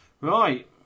Right